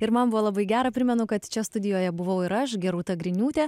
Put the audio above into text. ir man buvo labai gera primenu kad čia studijoje buvau ir aš gerūta griniūtė